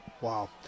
Wow